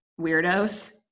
weirdos